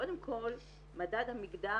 קודם כל מדד המגדר